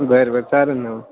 बरं बरं चालंल ना हो